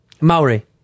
Maori